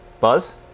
Buzz